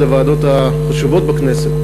אחת הוועדות החשובות בכנסת,